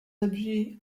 objets